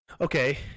okay